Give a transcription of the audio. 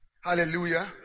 Hallelujah